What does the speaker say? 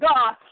God